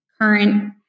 current